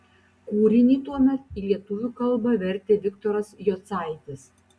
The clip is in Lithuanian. kūrinį tuomet į lietuvių kalbą vertė viktoras jocaitis